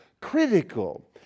critical